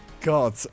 God